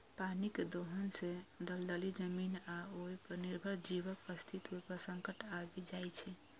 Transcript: पानिक दोहन सं दलदली जमीन आ ओय पर निर्भर जीवक अस्तित्व पर संकट आबि जाइ छै